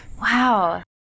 Wow